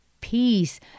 peace